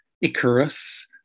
Icarus